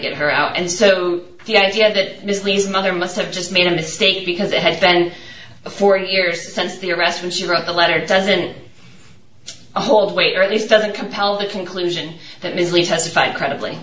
get her out and so the idea that misleads mother must have just made a mistake because it has been four years since the arrest when she wrote the letter doesn't hold weight or at least doesn't compel the conclusion that ms lee testify credibly